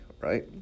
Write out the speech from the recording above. right